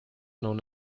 known